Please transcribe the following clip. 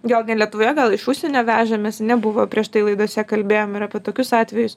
gal ne lietuvoje gal iš užsienio vežamės a ne buvo prieš tai laidose kalbėjom ir apie tokius atvejus